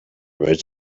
was